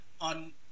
On